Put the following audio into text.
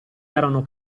erano